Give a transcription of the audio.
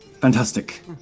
Fantastic